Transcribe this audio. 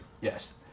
yes